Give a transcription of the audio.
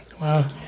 Wow